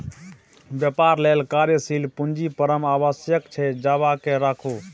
बेपार लेल कार्यशील पूंजी परम आवश्यक छै बचाकेँ राखू